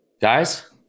guys